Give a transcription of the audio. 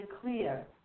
clear